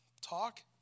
talk